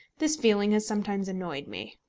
this feeling has sometimes annoyed me.